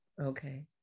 Okay